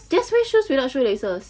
just wear shoes without shoelaces